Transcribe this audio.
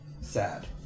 Sad